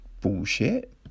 bullshit